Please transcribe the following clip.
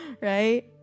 Right